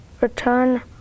return